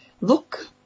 look